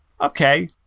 Okay